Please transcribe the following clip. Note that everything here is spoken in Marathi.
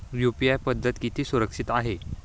यु.पी.आय पद्धत किती सुरक्षित आहे?